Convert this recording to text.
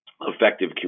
effective